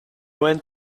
went